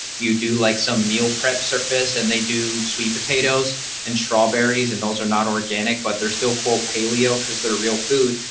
you do like some meal prep surface and they do sweet potatoes and strawberries and those are not organic but they're still quote paleo because they're real food.